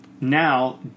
now